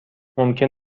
ممکن